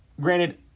granted